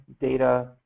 data